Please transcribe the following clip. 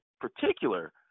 particular